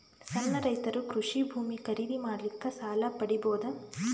ಸಣ್ಣ ರೈತರು ಕೃಷಿ ಭೂಮಿ ಖರೀದಿ ಮಾಡ್ಲಿಕ್ಕ ಸಾಲ ಪಡಿಬೋದ?